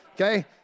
okay